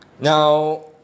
Now